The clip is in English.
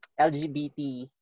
LGBT